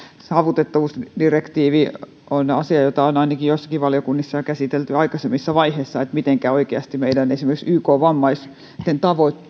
saavutettavuusdirektiivi on asia josta on ainakin joissakin valiokunnissa käsitelty jo aikaisemmissa vaiheissa sitä mitenkä oikeasti esimerkiksi ykn vammaisten